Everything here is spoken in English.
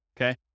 Okay